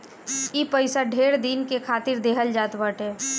ई पइसा ढेर दिन के खातिर देहल जात बाटे